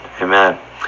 Amen